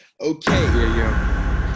Okay